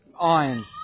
iron